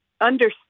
understand